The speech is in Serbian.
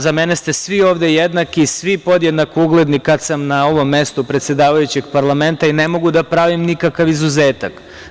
Za mene ste svi ovde jednaki i svi podjednako ugledni kada sam na ovom mestu predsedavajućeg parlamenta i ne mogu da pravim nikakav izuzetak.